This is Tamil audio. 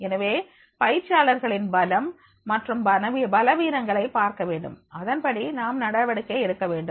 எனவே பயிற்சியாளர்களின்பலம் மற்றும் பலவீனங்களை பார்க்கவேண்டும் அதன்படி நாம் நடவடிக்கை எடுக்க வேண்டும்